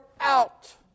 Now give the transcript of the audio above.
out